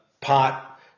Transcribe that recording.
pot